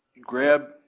grab